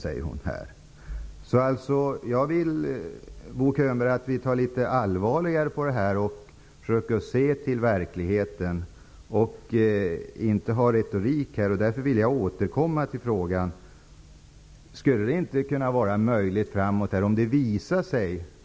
Bo Könberg, jag vill att vi skall ta litet allvarligare på frågan och försöka se till verkligheten i stället för att ägna oss åt retorik. Jag vill därför återkomma till min fråga.